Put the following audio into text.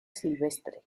silvestre